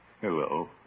Hello